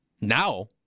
now